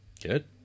Good